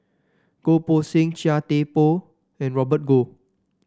Goh Poh Seng Chia Thye Poh and Robert Goh